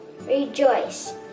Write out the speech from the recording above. rejoice